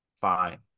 Fine